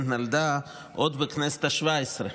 נולדה עוד בכנסת השבע-עשרה,